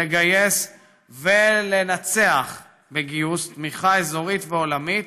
לגייס ולנצח בגיוס תמיכה אזורית ועולמית